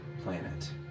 planet